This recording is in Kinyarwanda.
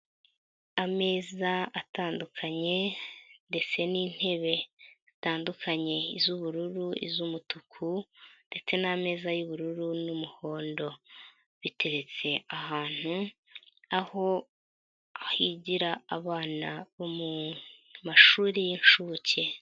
Ameza atandukanye ndetse n'intebe zitandukanye; iz'ubururu, iz'umutuku ndetse n'ameza y'ubururu n'umuhondo. Biteretse ahantu, aho higira abana bo mu mashuri y'inshuke.